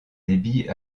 débit